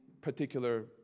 particular